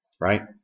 Right